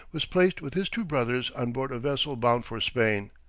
was placed with his two brothers on board a vessel bound for spain,